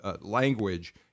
language